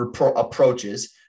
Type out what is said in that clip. approaches